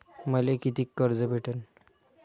मले कितीक कर्ज भेटन?